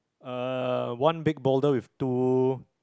uh one big boulder with two